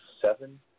seven